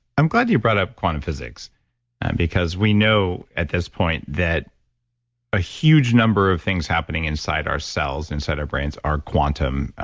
i'm glad you brought up quantum physics because we know at this point that a huge number of things happening inside ourselves, inside our brains are quantum.